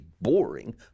boring